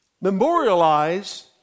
memorialize